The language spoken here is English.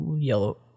yellow